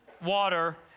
Water